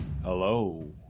Hello